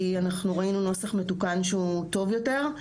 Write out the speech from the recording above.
כי אנחנו ראינו נוסח מתוקן שהוא טוב יותר.